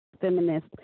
feminist